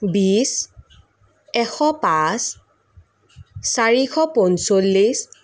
বিছ এশ পাঁচ চাৰিশ পঞ্চল্লিছ